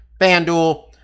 FanDuel